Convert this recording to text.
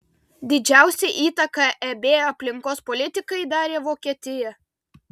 didžiausią įtaką eb aplinkos politikai darė vokietija